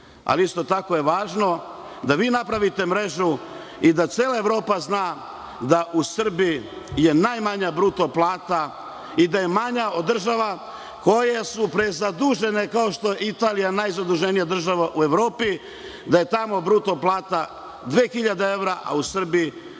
Isto tako je važno da vi napravite mrežu i da cela Evropa zna da u Srbiji je najmanja bruto plata i da je manja od država koje su prezadužene, kao što je Italija najzaduženija država u Evropi. U Italiji je bruto plata 2000 evra, a u Srbiji